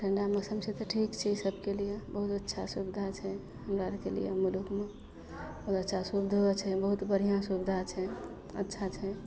ठण्डा मौसम छै तऽ ठीक छै ईसबके लिए बहुत अच्छा सुविधा छै हमरा आओरके लिए मुलुकमे बहुत अच्छा सुविधो छै बहुत बढ़िआँ सुविधा छै अच्छा छै